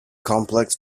complex